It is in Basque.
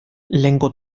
lehengo